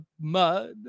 mud